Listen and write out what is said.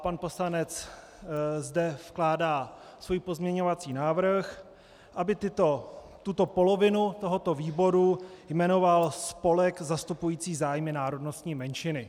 Pan poslanec zde vkládá svůj pozměňovací návrh, aby tuto polovinu výboru jmenoval spolek zastupující zájmy národnostní menšiny.